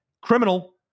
criminal